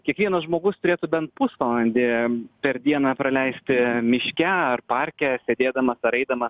kiekvienas žmogus turėtų bent pusvalandį per dieną praleisti miške ar parke sėdėdamas ar eidamas